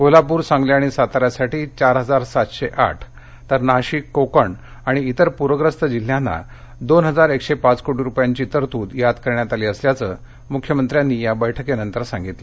कोल्हापूर सांगली आणि साताऱ्यासाठी चार हजार सातशे आठ तर नाशिक कोकण आणि इतर पूर्यस्त जिल्ह्यांना दोन हजार एकशे पाच कोटी रुपयांची तरतूद यात करण्यात आली असल्याचं मुख्यमंत्र्यांनी या बैठकीनंतर सांगितलं